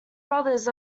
brothers